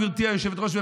גברתי היושב-ראש,